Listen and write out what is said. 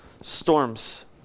storms